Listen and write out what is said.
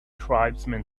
tribesman